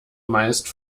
meist